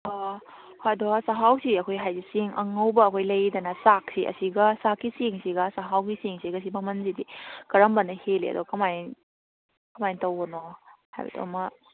ꯑꯣ ꯍꯣꯏ ꯑꯗꯨꯒ ꯆꯥꯛꯍꯥꯎꯁꯤ ꯑꯩꯈꯣꯏ ꯍꯥꯏꯗꯤ ꯆꯦꯡ ꯑꯉꯧꯕ ꯑꯩꯈꯣꯏ ꯂꯨꯔꯤꯗꯅ ꯆꯥꯛꯁꯤ ꯑꯁꯤꯒ ꯆꯥꯛꯀꯤ ꯆꯦꯡꯁꯤꯒ ꯆꯥꯛꯍꯥꯎꯒꯤ ꯆꯦꯡꯁꯤꯒ ꯁꯤ ꯃꯃꯟꯁꯤꯗꯤ ꯀꯔꯝꯕꯅ ꯍꯦꯜꯂꯤ ꯑꯗꯣ ꯀꯃꯥꯏ ꯀꯃꯥꯏꯅ ꯇꯧꯕꯅꯣ ꯍꯥꯏꯕꯗꯤ ꯑꯃ